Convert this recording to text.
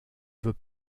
veut